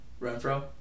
Renfro